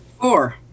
Four